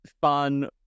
fun